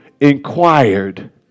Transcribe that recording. inquired